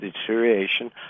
deterioration